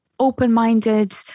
open-minded